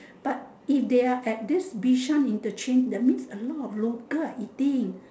but if they are at this bishan interchange that means a lot of local are eating